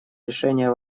решения